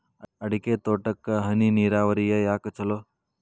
ಅಡಿಕೆ ತೋಟಕ್ಕ ಹನಿ ನೇರಾವರಿಯೇ ಯಾಕ ಛಲೋ?